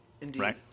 Indeed